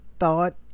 Thought